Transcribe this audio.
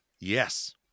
Yes